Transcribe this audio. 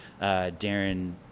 darren